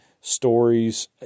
stories